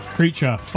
creature